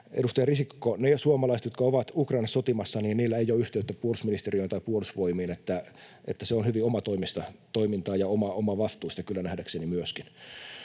Edustaja Risikko, niillä suomalaisilla, jotka ovat Ukrainassa sotimassa, ei ole yhteyttä puolustusministeriöön tai Puolustusvoimiin. Se on hyvin omatoimista toimintaa ja omavastuista kyllä nähdäkseni myöskin.